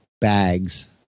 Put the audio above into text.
bags